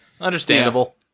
understandable